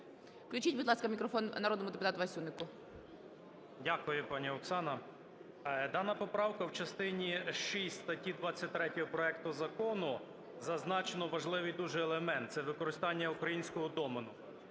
Включіть, будь ласка, мікрофон народному депутату Васюнику. 10:30:47 ВАСЮНИК І.В. Дякую, пані Оксана. Дана поправка, в частині шість статті 23 проекту закону зазначено важливий дуже елемент – це використання українського домену,